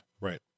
right